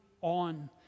on